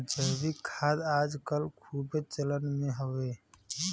जैविक खाद आज कल खूबे चलन मे हउवे